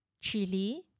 chili